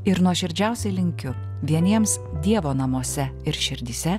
ir nuoširdžiausiai linkiu vieniems dievo namuose ir širdyse